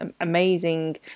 amazing